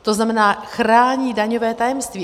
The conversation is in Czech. To znamená, chrání daňové tajemství.